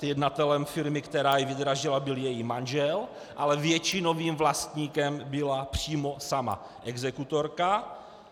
Jednatelem firmy, která ji vydražila, byl její manžel, ale většinovým vlastníkem byla přímo sama exekutorka.